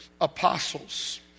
apostles